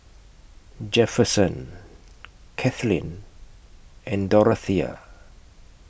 Jefferson Kathlene and Dorathea